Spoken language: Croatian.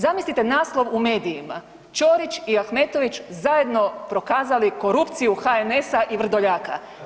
Zamislite naslov u medijima Ćorić i Ahmetović zajedno prokazali korupciju HNS-a i Vrdoljaka.